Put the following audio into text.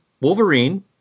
Wolverine